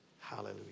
Hallelujah